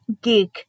geek